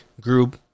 group